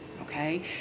okay